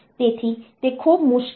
તેથી તે ખૂબ મુશ્કેલ નથી